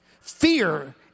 Fear